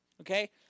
Okay